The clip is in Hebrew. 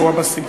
הוא הבסיס.